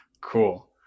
cool